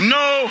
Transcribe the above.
no